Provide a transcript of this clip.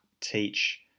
teach